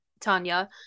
Tanya